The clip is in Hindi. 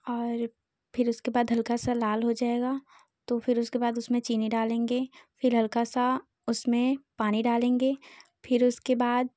और फिर उसके बाद हल्का सा लाल हो जाएगा तो फिर उसके बाद उसमें चीनी डालेंगे फिर हल्का सा उसमें पानी डालेंगे फिर उसके बाद